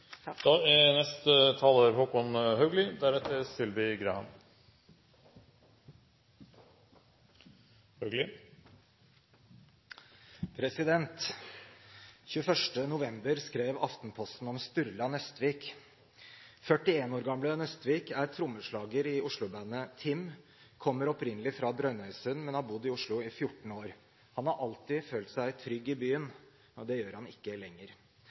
november skrev Aftenposten om Sturla Nøstvik. 36 år gamle Nøstvik er trommeslager i Oslo-bandet TIM, kommer opprinnelig fra Brønnøysund, men har bodd i Oslo i 14 år. Han har alltid følt seg trygg i byen, men det gjør han ikke lenger.